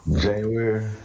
January